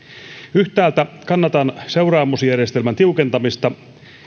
yhtäältä kannatan seuraamusjärjestelmän tiukentamista